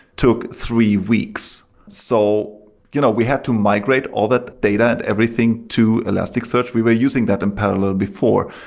took three weeks. so you know we had to migrate all that data and everything to elasticsearch. we were using that in parallel before,